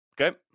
Okay